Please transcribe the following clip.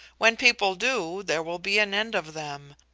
when people do, there will be an end of them.